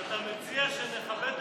אז אתה מציע שנכבה את